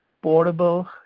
portable